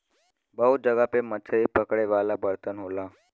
बहुत जगह पे मछरी पकड़े वाला बर्तन होला